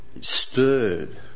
stirred